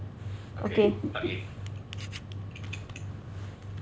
okay